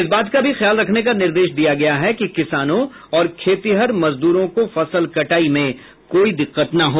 इस बात का भी ख्याल रखने का निर्देश दिया गया है कि किसानों और खेतिहर मजदूरों को फसल कटाई में कोई दिक्कत न हो